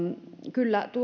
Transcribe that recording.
kyllä